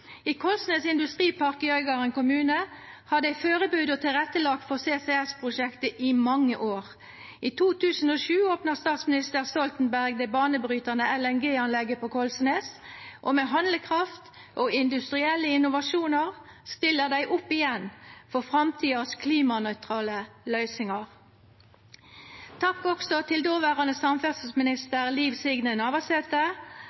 I Kollsnes industripark i Øygarden kommune har dei førebudd og tilrettelagt for CCS-prosjektet i mange år. I 2007 opna statsminister Stoltenberg det banebrytande LNG-anlegget på Kollsnes, og med handlekraft og industrielle innovasjonar stiller dei opp igjen for framtidas klimanøytrale løysingar. Takk også til dåverande